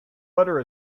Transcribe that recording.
butter